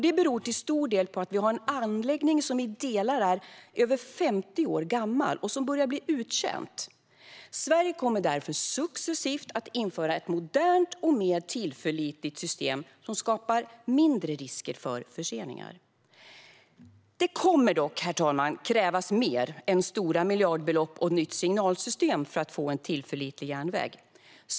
Det beror till stor del på att anläggningen i delar är över 50 år gammal och börjar bli uttjänt. Sverige kommer därför successivt att införa ett modernt och mer tillförlitligt system som skapar mindre risker för förseningar. Det kommer dock, herr talman, att krävas mer än stora miljardbelopp och ett nytt signalsystem för att få en tillförlitlig järnväg.